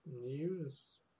news